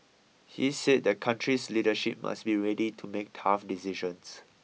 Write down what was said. he said the country's leadership must be ready to make tough decisions